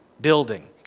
building